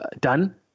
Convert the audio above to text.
done